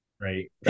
right